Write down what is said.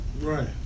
Right